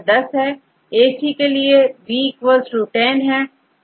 यहां AC के साथ B 10 होगा